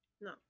no